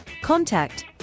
Contact